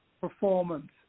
performance